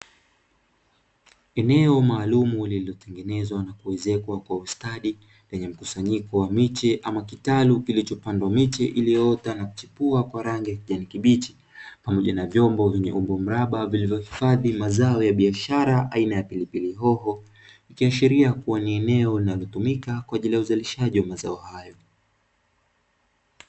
Eneo maalumu lilitengenezwa na kuwezeshwa kwa ustadi wenye mkusanyiko wa miche, ama kitale kilichopandwa miche iliyoota nakuchepua kwa rangi ya kijani kibichi pamoja na vyombo vyenye umbo mraba vilivyohifadhi mazao ya biashara aina ya pilipili hoho ikiashiria kuwa ni eneo la kutumika kwa ajili ya uzalishaji.